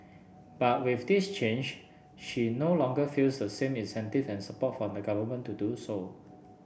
but with this change she no longer feels the same incentive and support from the Government to do so